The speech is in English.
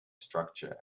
structure